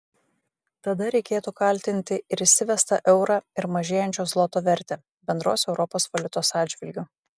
tada reikėtų kaltinti ir įsivestą eurą ir mažėjančio zloto vertę bendros europos valiutos atžvilgiu